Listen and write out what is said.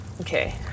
okay